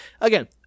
again